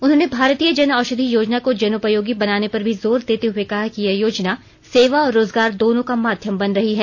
उन्होंने भारतीय जन औषधि योजना को जनोपयोगी बनाने पर भी जोर देते हुए कहा कि यह योजना सेवा और रोजगार दोनों का माध्यम बन रही है